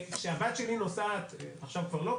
כשהבת שלי נוסעת עכשיו כבר לא,